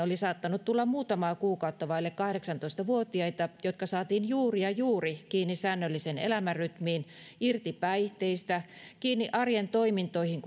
oli saattanut tulla muutamaa kuukautta vaille kahdeksantoista vuotiaita jotka saatiin juuri ja juuri kiinni säännölliseen elämänrytmiin irti päihteistä kiinni arjen toimintoihin